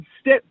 step